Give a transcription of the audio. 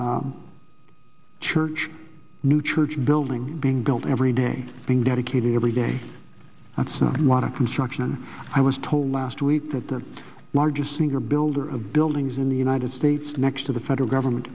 one church new church building being built every day being dedicated every day that's a lot of construction and i was told last week that the largest single builder of buildings in the united states next to the federal government